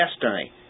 destiny